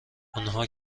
آنها